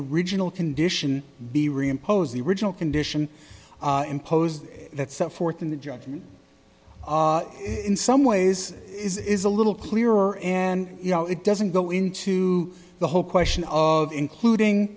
original condition be reimposed the original condition imposed that set forth in the judgment in some ways is a little clearer and you know it doesn't go into the whole question of including